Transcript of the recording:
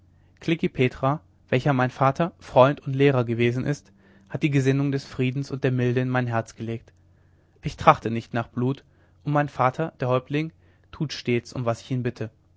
klekih petra welcher mein vater freund und lehrer gewesen ist hat die gesinnung des friedens und der milde in mein herz gelegt ich trachte nicht nach blut und mein vater der häuptling tut stets um was ich ihn bitte